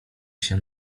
się